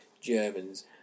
Germans